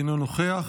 אינו נוכח,